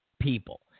people